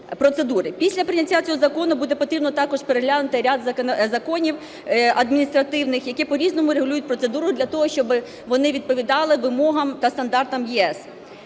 Після прийняття цього закону буде потрібно також переглянути ряд законів адміністративних, які по-різному регулюють процедуру для того, щоб вони відповідали вимогам та стандартам ЄС.